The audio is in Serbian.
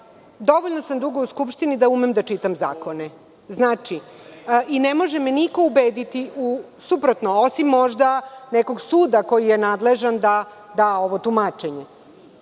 tumači? Dovoljno sam dugo u Skupštini da umem da čitam zakone i ne može mi niko ubediti u suprotno, osim možda nekog suda koji je nadležan da da ovo tumačenje,